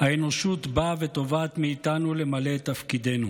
האנושות באה ותובעת מאיתנו למלא את תפקידנו.